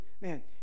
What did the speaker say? Man